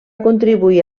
contribuir